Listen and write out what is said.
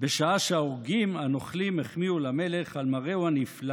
בשעה שהאורגים הנוכלים החמיאו למלך על מראהו הנפלא